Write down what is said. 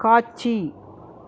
காட்சி